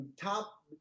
top